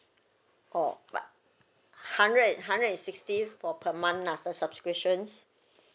orh but hundred and hundred and sixty for per month lah the subscriptions